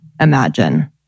imagine